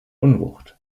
unwucht